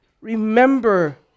remember